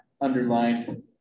underlined